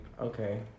Okay